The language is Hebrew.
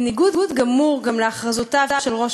בניגוד גמור גם להכרזותיו של ראש